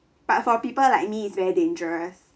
but for people like me is very dangerous